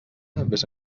vés